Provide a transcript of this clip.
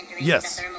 Yes